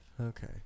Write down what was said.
Okay